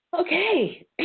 okay